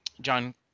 John